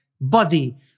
body